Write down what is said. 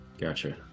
Gotcha